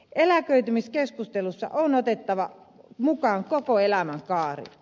eläköitymiskeskustelussa on otettava mukaan koko elämänkaari